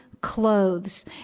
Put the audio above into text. clothes